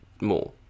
more